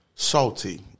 Salty